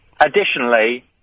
Additionally